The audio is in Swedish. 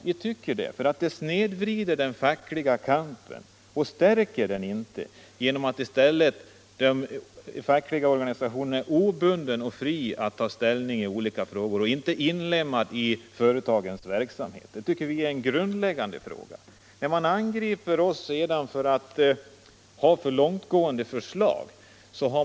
Ni tycker det, men vi anser att ert förslag snedvrider den fackliga kampen, det stärker den inte. Den fackliga organisationen bör vara obunden och fri att ta ställning i olika frågor och inte vara inlemmad i företagens verksamhet. Det tycker vi är en grundläggande fråga. Man angriper oss för långtgående förslag.